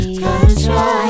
control